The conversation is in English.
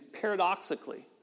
paradoxically